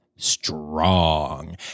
strong